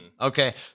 Okay